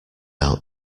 out